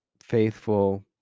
faithful